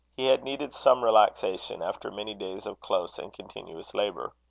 he had needed some relaxation, after many days of close and continuous labour.